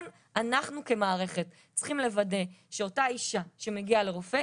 אנחנו כמערכת צריכים לוודא שאותה אישה שמגיעה לרופא,